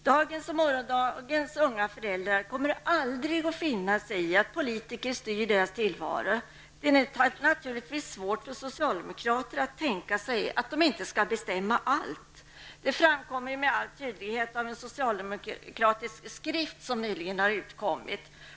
Dagens och morgondagens unga föräldrar kommer aldrig att finna sig i att politiker styr deras tillvaro. Det är naturligtvis svårt för socialdemokrater att tänka sig att de inte skall bestämma allt. Detta framkommer med all tydlighet av en socialdemokratisk skrift som nyligen utkommit.